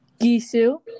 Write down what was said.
Gisu